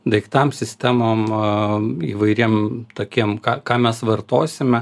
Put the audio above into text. daiktam sistemom įvairiem tokiem ką ką mes vartosime